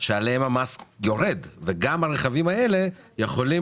שעליהם המס יורד וגם הרכבים האלה יכולים